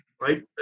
right